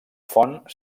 font